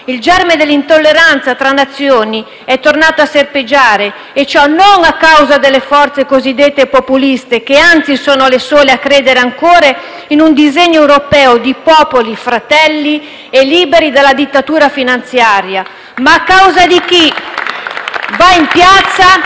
Il germe dell'intolleranza tra Nazioni è tornato a serpeggiare, e ciò non a causa delle forze cosiddette populiste, che anzi sono le sole a credere ancora in un disegno europeo di popoli fratelli e liberi dalla dittatura finanziaria *(Applausi dai Gruppi*